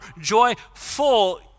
joyful